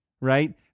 right